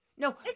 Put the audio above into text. No